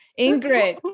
Ingrid